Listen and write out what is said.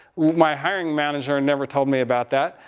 my hiring manager and never told me about that.